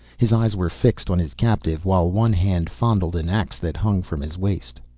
his eyes were fixed on his captive, while one hand fondled an ax that hung from his waist.